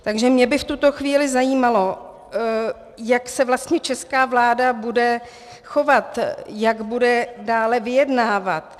Takže mě by v tuto chvíli zajímalo, jak se vlastně česká vláda bude chovat, jak bude dále vyjednávat.